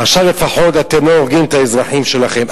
עכשיו לפחות אתם לא הורגים את האזרחים שלכם.